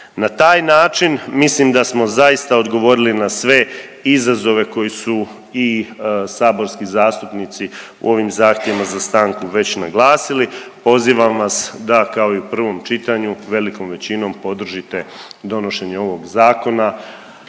Na taj način mislim da smo zaista odgovorili na sve izazove koji su i saborski zastupnici u ovim zahtjevima za stanku već naglasili, pozivam vas da kao i u prvom čitanju, velikom većinom podržite donošenje ovog zakona